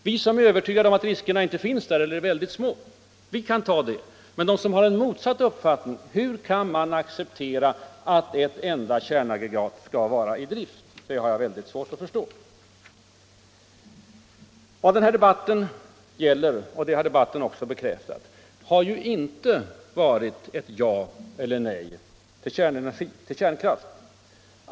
Vi som är övertygade om att riskerna inte finns — eller är väldigt små — vi kan göra detta. Men de som har en motsatt uppfattning, hur kan de acceptera att ett enda kärnaggregat skall vara i drift? Det har jag mycket svårt "att förstå. Vad dagens debatt gäller — det har klart bekräftats — är inte ett ja eller nej till kärnkraft.